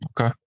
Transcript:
Okay